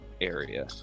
area